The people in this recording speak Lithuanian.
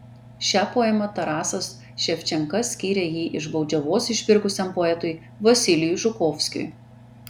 šią poemą tarasas ševčenka skyrė jį iš baudžiavos išpirkusiam poetui vasilijui žukovskiui